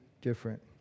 different